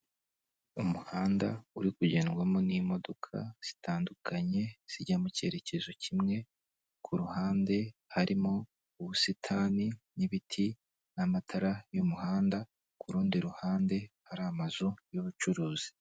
Umuhanda uri kugendwamo n'imodoka zitandukanye, zijya mu cyerekezo kimwe, ku ruhande harimo ubusitani n'ibiti n'amatara y'umuhanda, ku rundi ruhande hari amazu y'ubucuruzi.